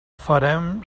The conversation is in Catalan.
farem